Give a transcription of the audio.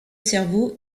cerveau